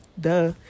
Duh